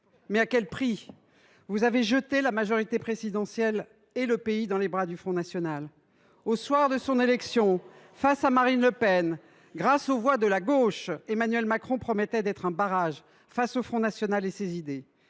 Mais à quel prix ! Vous avez jeté la majorité présidentielle et le pays dans les bras du Front national. Au soir de son élection face à Marine Le Pen, grâce aux voix de la gauche, Emmanuel Macron promettait d’être un barrage contre le Front national et ses idées.